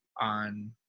on